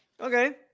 Okay